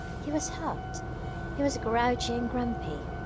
he was huffed he was grouchy and grumpy,